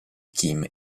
kim